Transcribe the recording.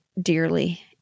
dearly